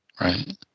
Right